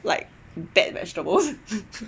like bad vegetables